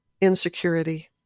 insecurity